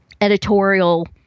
editorial